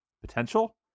potential